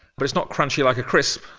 but it's not crunchy like a crisp,